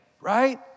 right